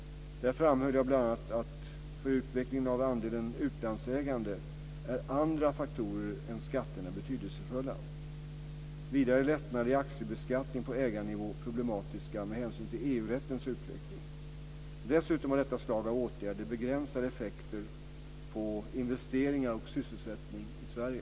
Där framhöll jag bl.a. att för utvecklingen av andelen utlandsägande är andra faktorer än skatterna betydelsefulla. Vidare är lättnader i aktiebeskattningen på ägarnivå problematiska med hänsyn till EU rättens utveckling. Dessutom har detta slag av åtgärder begränsade effekter på investeringar och sysselsättning i Sverige.